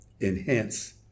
enhance